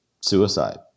suicide